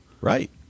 right